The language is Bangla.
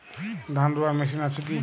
ধান রোয়ার মেশিন আছে কি?